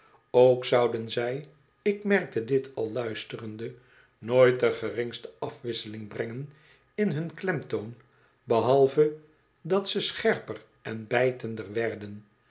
ook zouden zij ik merkte dit al luisterende nooit de geringste afwisseling brengen in hun klemtoon behalve dat ze scherper en bijtender werden